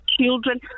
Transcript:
children